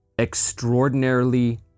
Extraordinarily